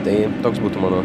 tai toks būtų mano